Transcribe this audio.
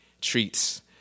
treats